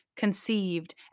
conceived